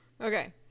okay